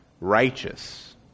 Righteous